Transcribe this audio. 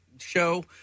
show